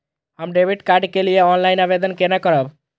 हम debit card के लिए ऑनलाइन आवेदन केना करब?